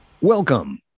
welcome